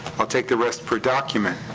i'll take the rest per document.